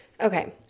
Okay